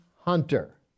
hunter